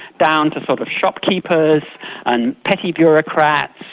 down to sort of shopkeepers and petty bureaucrats,